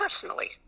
personally